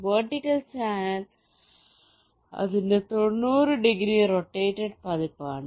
vertical channel അതിന്റെ തൊണ്ണൂറ് degree rotated പതിപ്പാണ്